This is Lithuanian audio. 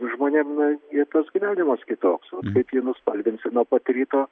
žmonėms ir tas gyvenimas kitoks kaip jį nuspalvinsi nuo pat ryto